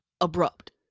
abrupt